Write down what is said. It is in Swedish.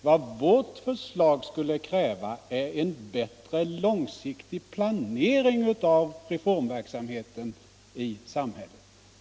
Vad vårt förslag skulle kräva — i grundlag är en bättre långsiktig planering av reformverksamheten i samhället.